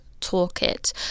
toolkit